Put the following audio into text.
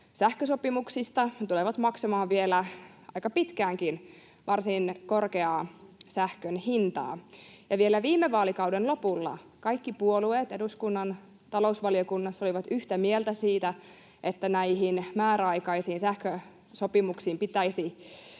sähkösopimuksista ja tulee maksamaan vielä aika pitkäänkin varsin korkeaa sähkön hintaa. Ja vielä viime vaalikauden lopulla kaikki puolueet eduskunnan talousvaliokunnassa olivat yhtä mieltä siitä, että näihin määräaikaisiin sähkösopimuksiin pitäisi saada